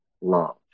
love